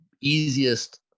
easiest